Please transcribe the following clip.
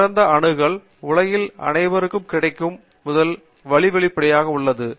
திறந்த அணுகல் உலகில் அனைவருக்கும் கிடைக்கும் முதல் வழி வெளிப்படையாக உள்ளது